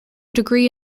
degree